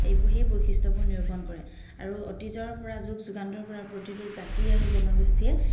সে সেই বৈশিষ্ট্যবোৰ নিৰূপণ কৰে আৰু অতীজৰ পৰা যুগ যুগান্তৰ পৰা প্ৰতিটো জাতি আৰু জনগোষ্ঠীয়ে